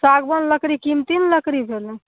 सागबान लकड़ी कीमती ने लकड़ी भेलै